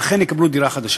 והם אכן יקבלו דירה חדשה.